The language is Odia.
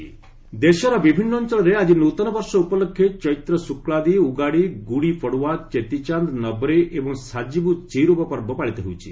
ଫେଷ୍ଟିଭାଲ୍ସ୍ ଦେଶର ବିଭିନ୍ନ ଅଞ୍ଚଳରେ ଆଜି ନୃତନ ବର୍ଷ ଉପଲକ୍ଷେ ଚୈତ୍ର ଶୁକ୍ଲାଦି ଉଗାଡି ଗୁଡ଼ି ପଡ଼ଭା ଚେତିଚାନ୍ ନବ୍ରେ ଏବଂ ସାଜିବୁ ଚେଇରୋବା ପର୍ବ ପାଳିତ ହେଉଛି